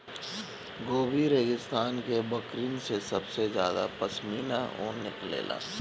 Gobi रेगिस्तान के बकरिन से सबसे ज्यादा पश्मीना ऊन निकलेला